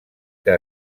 que